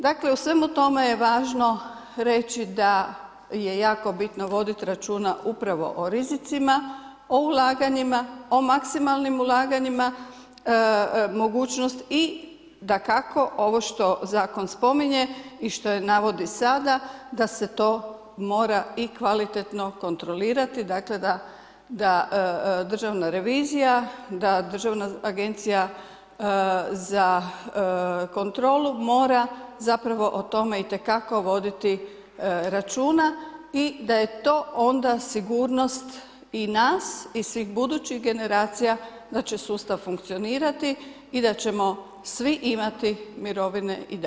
Dakle, u svemu tome je važno reći da je jako bitno voditi računa upravo o rizicima, o ulaganjima, o maksimalnim ulaganjima, mogućnost i dakako, ovo što zakon spominje i što navodi sada, da se to mora i kvalitetno kontrolirati, dakle da Državna revizija, da državna agencija za kontrolu mora zapravo o tome itekako voditi računa i da je to onda sigurnost i nas i budućih generacija da će sustav funkcionirati i da ćemo svi imati mirovine i dalje.